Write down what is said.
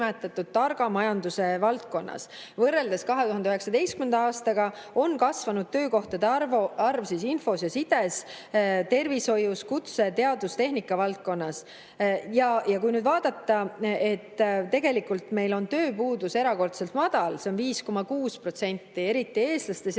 targa majanduse valdkonnas. Võrreldes 2019. aastaga on kasvanud töökohtade arv infos ja sides, tervishoius ja teaduse-tehnika valdkonnas. Kui nüüd vaadata, siis tegelikult meil on tööpuudus erakordselt madal, see on 5,6%. Eestlaste